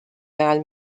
ajal